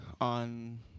on